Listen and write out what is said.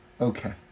Okay